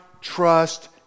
trust